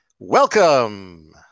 Welcome